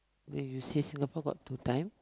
then you say Singapore got two time